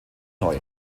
neu